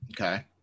Okay